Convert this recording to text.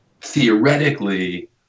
theoretically